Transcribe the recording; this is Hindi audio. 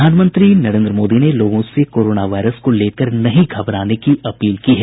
प्रधानमंत्री नरेन्द्र मोदी ने लोगों से कोरोना वायरस को लेकर नहीं घबराने की अपील की है